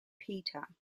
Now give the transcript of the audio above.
peter